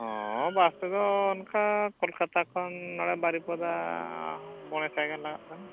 ᱦᱮᱸ ᱵᱟᱥ ᱛᱮᱫᱚ ᱚᱱᱠᱟ ᱠᱳᱞᱠᱟᱛᱟ ᱠᱷᱚᱱ ᱱᱚᱰᱮ ᱵᱟᱨᱤᱯᱟᱫᱟ ᱢᱚᱬᱮ ᱥᱟᱭᱜᱟᱱ ᱞᱟᱜᱟᱜ ᱠᱟᱱ